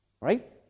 right